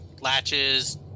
latches